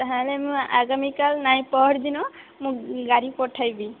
ତାହେଲେ ମୁଁ ଆଗାମୀ କାଲ୍ ନାଇଁ ପହରଦିନ ମୁଁ ଗାଡ଼ି ପଠାଇବି